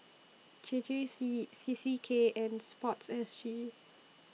J J C C C K and Sport S G